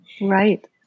right